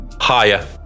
higher